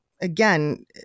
again